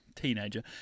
teenager